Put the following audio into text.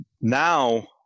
Now